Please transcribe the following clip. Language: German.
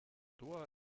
doha